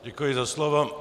Děkuji za slovo.